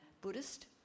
Buddhist